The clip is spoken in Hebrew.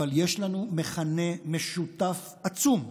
אבל יש לנו מכנה משותף עצום.